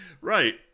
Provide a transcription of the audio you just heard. Right